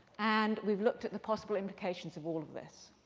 and we've looked at the possible implications of all of this.